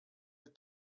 were